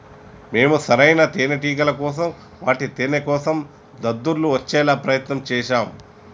మేము సరైన తేనేటిగల కోసం వాటి తేనేకోసం దద్దుర్లు వచ్చేలా ప్రయత్నం చేశాం